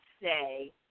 say